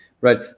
right